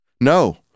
No